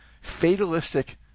fatalistic